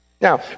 Now